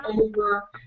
over